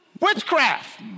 Witchcraft